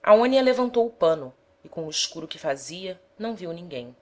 fresta aonia levantou o pano e com o escuro que fazia não viu ninguem